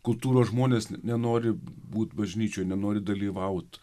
kultūros žmonės nenori būt bažnyčioj nenori dalyvaut